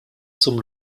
zum